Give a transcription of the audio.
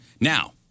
Now